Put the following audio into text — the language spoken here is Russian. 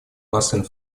массовой